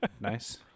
nice